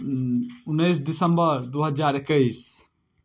उनैस दिसम्बर दुइ हजार एकैस